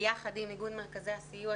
ביחד עם איגוד מרכזי הסיוע,